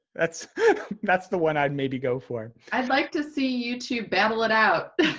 that's that's the one i'd maybe go for. i'd like to see you two battle it out.